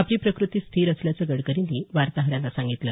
आपली प्रकृती स्थिर असल्याचं गडकरींनी वार्ताहरांना सांगितलं